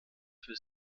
für